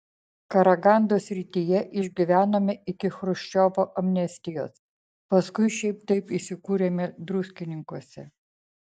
karagandos srityje išgyvenome iki chruščiovo amnestijos paskui šiaip taip įsikūrėme druskininkuose